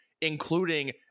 including